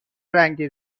رنگی